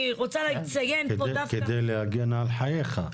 כדי להגן על חייך.